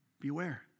Beware